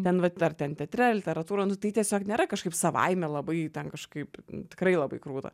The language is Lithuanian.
ten vat ar ten teatre literatūrą nu tai tiesiog nėra kažkaip savaime labai ten kažkaip tikrai labai krūta